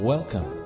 Welcome